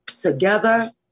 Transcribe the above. Together